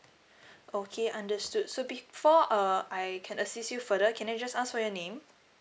okay understood so before uh I can assist you further can I just ask for your name